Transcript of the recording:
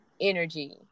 energy